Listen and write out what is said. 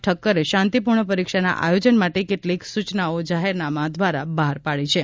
ઠક્કરે શાંતિપૂર્ણ પરીક્ષાના આયોજન માટે કેટલીક સૂચનાઓ જાહેરનામા દ્વારા બહાર પાડી છે